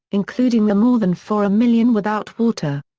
including the more than four million without water.